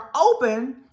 open